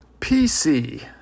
PC